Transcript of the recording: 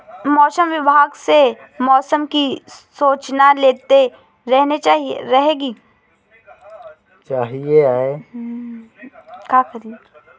मौसम विभाग से मौसम की सूचना लेते रहना चाहिये?